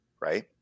right